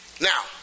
Now